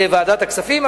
לוועדת הכספים.